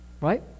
right